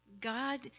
God